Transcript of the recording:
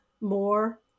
more